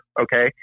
okay